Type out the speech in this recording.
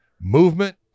movement